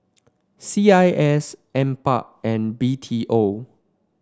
C I S NPARK and B T O